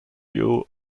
you